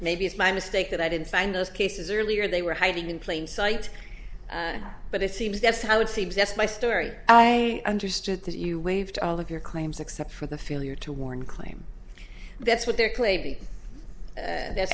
maybe it's my mistake that i didn't find those cases earlier they were hiding in plain sight but it seems that's how it seems that's my story i understood that you waived all of your claims except for the failure to warn claim that's what they're claiming th